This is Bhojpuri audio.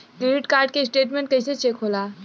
क्रेडिट कार्ड के स्टेटमेंट कइसे चेक होला?